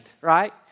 right